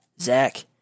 Zach